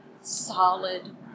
solid